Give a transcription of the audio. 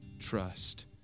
trust